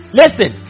listen